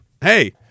Hey